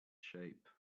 shape